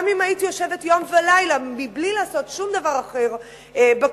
גם אם הייתי יושבת יום ולילה מבלי לעשות שום דבר אחר בכנסת,